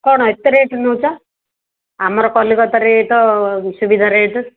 କ'ଣ ଏତେ ରେଟ୍ ନେଉଛ ଆମର କଲିକତାରେ ତ ସୁବିଧା ରେଟ୍